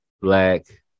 black